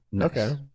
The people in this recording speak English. Okay